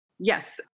Yes